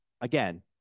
again